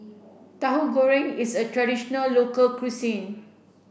Tahu Goreng is a traditional local cuisine